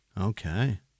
Okay